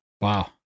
Wow